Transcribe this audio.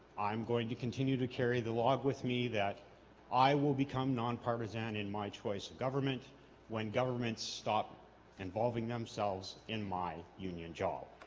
i'm going to continue to carry the log with me that i will become non partisan in my choice of government when governments stop involving themselves in my union job